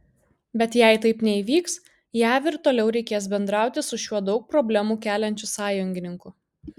bet jei taip neįvyks jav ir toliau reikės bendrauti su šiuo daug problemų keliančiu sąjungininku